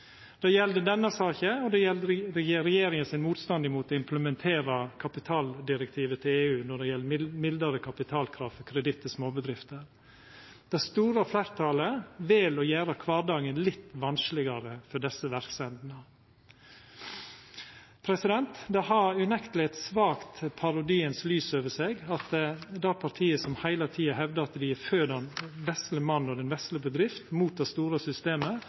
Det gjeld denne saka, og det gjeld regjeringa sin motstand mot å implementera kapitaldirektivet til EU når det gjeld mildare kapitalkrav for kreditt til småbedrifter. Det store fleirtalet vel å gjera kvardagen litt vanskelegare for desse verksemdene. Det har unekteleg eit svakt lys av parodi over seg at det partiet som heile tida hevdar at dei er for den vesle mannen og den vesle bedrifta og mot det store systemet,